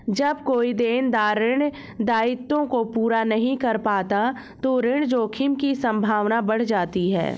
जब कोई देनदार ऋण दायित्वों को पूरा नहीं कर पाता तो ऋण जोखिम की संभावना बढ़ जाती है